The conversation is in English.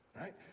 right